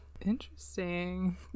Interesting